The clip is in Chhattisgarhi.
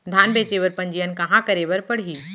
धान बेचे बर पंजीयन कहाँ करे बर पड़ही?